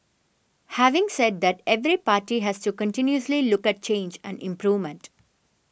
having said that every party has to continuously look at change and improvement